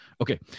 Okay